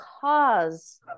cause